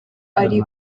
ari